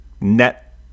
net